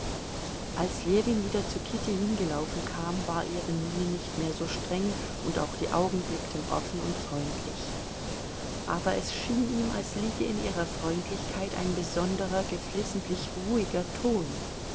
als ljewin wieder zu kitty hingelaufen kam war ihre miene nicht mehr so streng und auch die augen blickten offen und freundlich aber es schien ihm als liege in ihrer freundlichkeit ein besonderer geflissentlich ruhiger ton